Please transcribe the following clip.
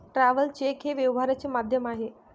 traveller cheque हे व्यवहाराचे माध्यम आहे